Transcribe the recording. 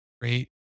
great